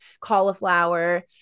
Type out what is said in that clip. cauliflower